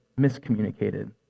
miscommunicated